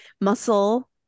muscle